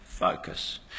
focus